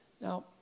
Now